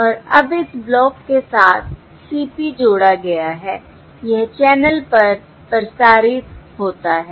और अब इस ब्लॉक के साथ CP जोड़ा गया है यह चैनल पर प्रसारित होता है